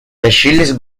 тащились